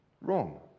wrong